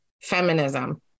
feminism